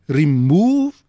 remove